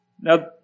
Now